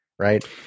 right